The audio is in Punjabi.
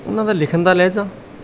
ਉਹਨਾਂ ਦਾ ਲਿਖਣ ਦਾ ਲਹਿਜਾ